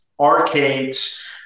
Arcades